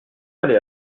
aller